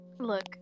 look